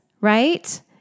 right